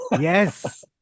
Yes